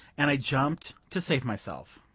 and i jumped to save myself